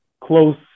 close